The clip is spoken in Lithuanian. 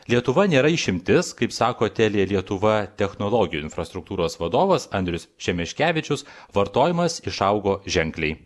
lietuva nėra išimtis kaip sako telia lietuva technologijų infrastruktūros vadovas andrius šemeškevičius vartojimas išaugo ženkliai